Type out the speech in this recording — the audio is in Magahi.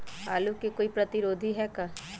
आलू के कोई प्रतिरोधी है का?